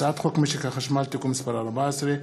הצעת חוק משק החשמל (תיקון מס' 14)